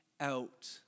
Out